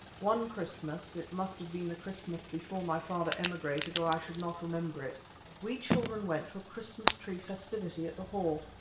one christmas it must have been the christmas before my father emigrated, or i should not remember it we children went to a christmas-tree festivity at the hall.